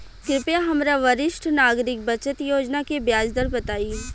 कृपया हमरा वरिष्ठ नागरिक बचत योजना के ब्याज दर बताई